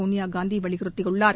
சோனியாகாந்தி வலியுறுத்தியுள்ளார்